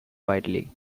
widely